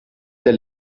der